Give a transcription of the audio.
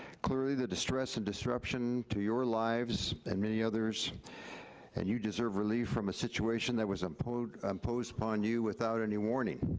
clearly, the stress and disruption to your lives and many others and you deserve relief from a situation that was imposed imposed upon you without any warning,